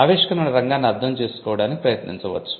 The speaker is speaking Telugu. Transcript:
ఆవిష్కరణ రంగాన్ని అర్థం చేసుకోవడానికి ప్రయత్నించవచ్చు